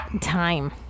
time